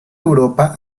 europa